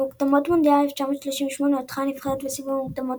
במוקדמות מונדיאל 1938 הודחה הנבחרת בסיבוב המוקדמות